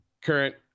current